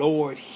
Lord